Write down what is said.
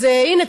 אז הנה,